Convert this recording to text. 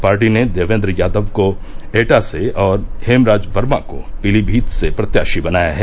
party ने देवेन्द्र यादव को एटा से और हेमराज वर्मा को पीलीभीत से प्रत्याशी बनाया है